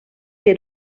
que